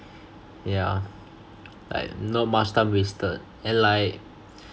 yeah like not much time wasted and like